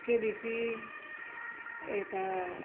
KBC यता